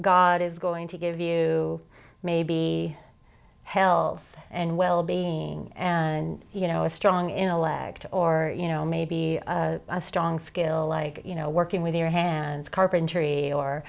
god is going to give you maybe health and well being and you know a strong in a leg or you know maybe a strong skill like you know working with your hands carpentry or